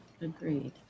Agreed